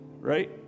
Right